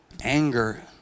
anger